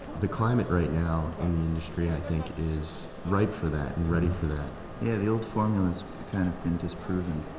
the climate right now in the industry, i think, is ripe for that and ready for that yeah, the old formula has kind of been disproven.